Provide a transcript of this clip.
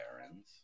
barons